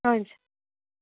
हुन्छ